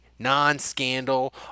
Non-scandal